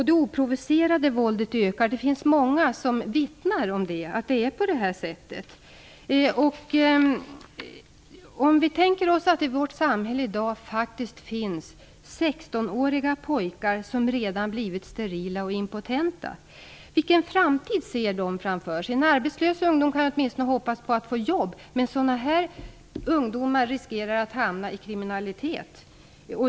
Det oprovocerade våldet ökar. Det finns många som vittnar om att det är på det sättet. Om vi tänker oss att det i vårt samhälle i dag faktiskt finns 16-åriga pojkar som redan blivit sterila och impotenta - vilken framtid ser de framför sig? En arbetslös ungdom kan åtminstone hoppas på att få jobb. Sådana här ungdomar riskerar att hamna i kriminalitet.